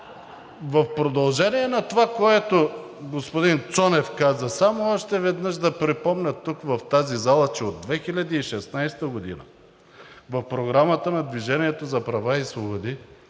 в продължение на това, което господин Цонев каза. Само още веднъж да припомня тук, в тази зала, че от 2016 г. в Програмата на „Движение за права и свободи“